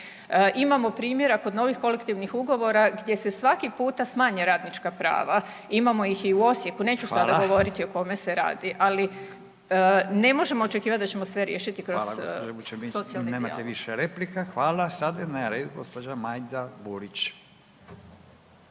Imamo primjera kod novih kolektivnih ugovora gdje se svaki puta smanje radnička prava. Imamo ih i u Osijeku, neću sada govoriti o kome se radi, ali ne možemo očekivati da ćemo sve riješiti kroz socijalni dijalog. **Radin, Furio